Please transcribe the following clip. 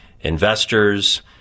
investors